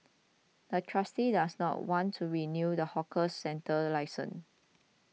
the trustee does not want to renew the hawker centre's license